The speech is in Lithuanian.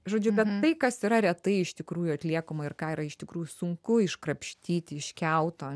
žodžiu bet tai kas yra retai iš tikrųjų atliekama ir ką yra iš tikrųjų sunku iškrapštyti iš kiauto